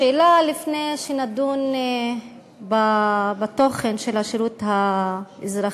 שאלה, לפני שנדון בתוכן של השירות האזרחי: